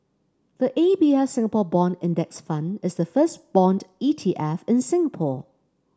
the A B F Singapore Bond Index Fund is the first bond E T F in Singapore